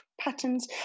patterns